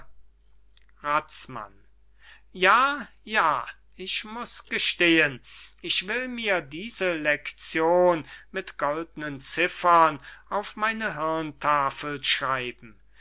razmann ja ja ich muß gestehen ich will mir diese lektion mit goldnen ziffern auf meine hirntafel schreiben